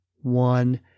one